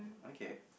okay